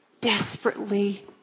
desperately